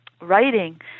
writing